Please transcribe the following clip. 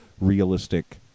realistic